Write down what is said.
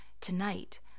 tonight